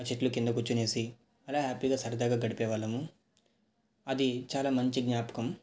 ఆ చెట్ల క్రింద కూర్చొని అలా హ్యాపీగా సరదాగా గడిపేవాళ్ళము అది చాలా మంచి జ్ఞాపకం